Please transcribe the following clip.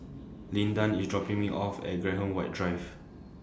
Lyndon IS dropping Me off At Graham White Drive